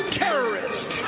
terrorist